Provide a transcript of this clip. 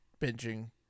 binging